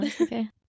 okay